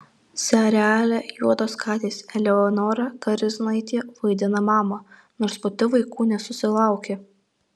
seriale juodos katės eleonora koriznaitė vaidina mamą nors pati vaikų nesusilaukė